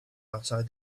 outside